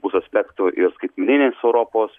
bus aspektų ir skaitmeninės europos